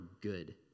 good